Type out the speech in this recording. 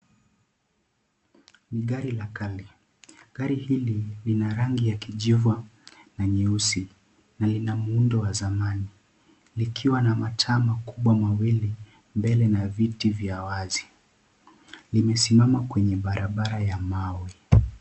Ni gari la kale . Gari hili lina rangi ya kijivu na nyeusi na lina muundo wa zamani. Likiwa na mataa makubwa mawili mbele na viti vya wazi. Limesimama kwenye barabara ya mawe.